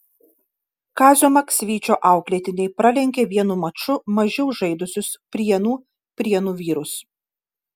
kazio maksvyčio auklėtiniai pralenkė vienu maču mažiau žaidusius prienų prienų vyrus